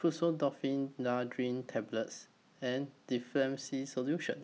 Tablets and Difflam C Solution